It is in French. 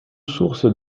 sources